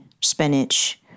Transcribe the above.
spinach